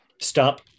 stop